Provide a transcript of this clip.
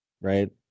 right